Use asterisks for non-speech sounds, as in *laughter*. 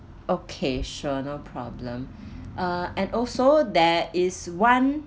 okay sure no problem *breath* uh and also there is one